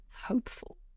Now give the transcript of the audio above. hopeful